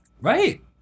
Right